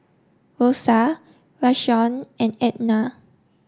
Rosa Rashawn and Ednah